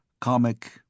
Comic